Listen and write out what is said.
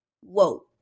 Whoa